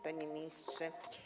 Panie Ministrze!